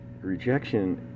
rejection